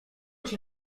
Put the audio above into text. się